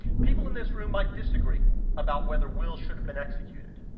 people in this room might disagree about whether will should have been executed,